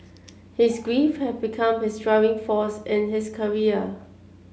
his grief had become his driving force in his career